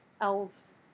elves